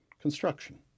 Construction